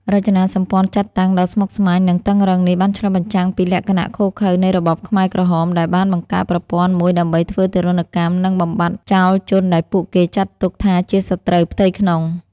រចនាសម្ព័ន្ធចាត់តាំងដ៏ស្មុគស្មាញ និងតឹងរ៉ឹងនេះបានឆ្លុះបញ្ចាំងពីលក្ខណៈឃោរឃៅនៃរបបខ្មែរក្រហម ដែលបានបង្កើតប្រព័ន្ធមួយដើម្បីធ្វើទារុណកម្ម និងបំបាត់បំបាត់ចោលជនដែលពួកគេចាត់ទុកថាជាសត្រូវផ្ទៃក្នុង។